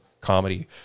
comedy